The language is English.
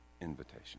invitation